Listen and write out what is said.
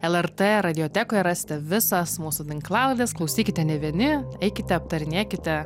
lrt radijotekoje rasite visas mūsų tinklalaides klausykite ne vieni eikite aptarinėkite